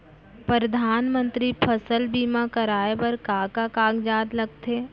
परधानमंतरी फसल बीमा कराये बर का का कागजात लगथे?